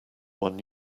one